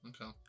Okay